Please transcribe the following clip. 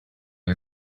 are